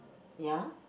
ya